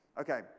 Okay